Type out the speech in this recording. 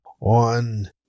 on